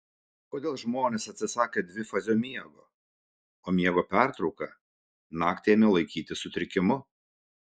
kodėl žmonės atsisakė dvifazio miego o miego pertrauką naktį ėmė laikyti sutrikimu